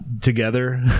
together